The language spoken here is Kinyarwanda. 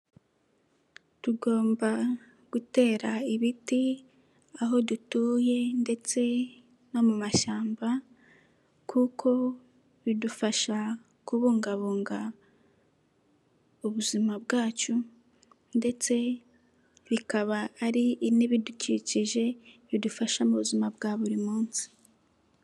Tugomba gutera ibiti aho dutuye ndetse no mu mashyamba kuko bidufasha kubungabunga ubuzima bwacu ndetse bikaba ari n'ibidukikije, bidufasha mu buzima bwa buri munsi.